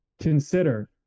consider